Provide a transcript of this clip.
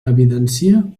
evidencia